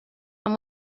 amb